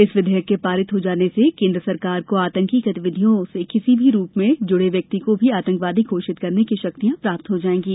इस विधेयक के पारित हो जाने से केन्द्र सरकार को आतंकी गतिविधियों से किसी भी रूप में जुड़े व्यक्ति को भी आतंकवादी घोषित करने की शक्तियां प्राप्त हो जाएंगी